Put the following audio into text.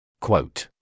Quote